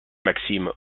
maxim